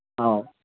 ꯑꯧ